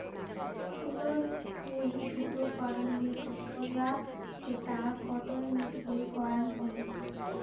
তুলো থুই সুতো করাং যে প্রক্রিয়া সেটা কটন মিল এ করাং হই